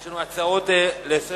יש לנו הצעות לסדר-היום.